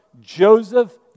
Joseph